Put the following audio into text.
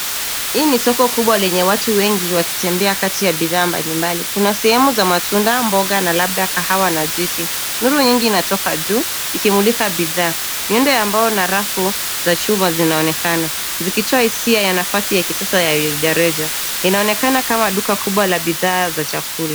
Hii ni soko kubwa lenye watu wengi wakitembea kati ya bidhaa mbalimbali. Kuna sehemu za matunda, mboga na labda kahawa na juice .Nuru nyingi inatoka juu ikimulika bidhaa. Miundo ya mbao na rafu za chuma zinaonekana zikitoa hisia ya nafasi ya kisasa ya rejareja. Inaonekana kama duka kubwa la bidhaa za vyakula.